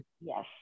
Yes